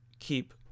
keep